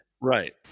Right